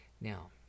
Now